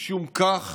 משום כך